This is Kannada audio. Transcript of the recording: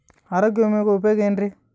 ಆರೋಗ್ಯ ವಿಮೆಯ ಉಪಯೋಗ ಏನ್ರೀ?